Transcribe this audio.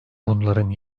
bunların